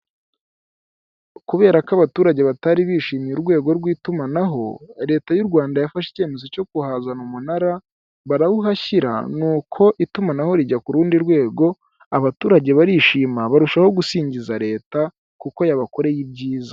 Kubera ko abaturage batari bishimiye urwego rw'itumanaho, Leta y'u Rwanda yafashe icyemezo cyo kuhazana umunara, barawuhashyira, nuko itumanaho rijya ku rundi rwego, abaturage barishima, barushaho gusingiza Leta kuko yabakoreye ibyiza.